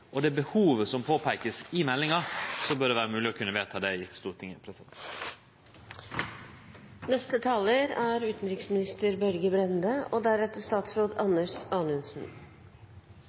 og det behovet som vert peika på i meldinga, bør det vere mogleg å kunne vedta det i Stortinget. For første gang i historien står en samlet fremstilling av norske interesser og